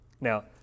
Now